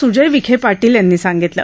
सूजय विखे पाटील यांनी सांगितलं